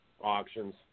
auctions